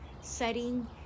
setting